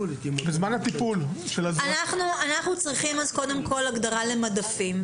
אנחנו צריכים קודם כל הגדרה למדפים.